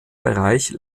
bereich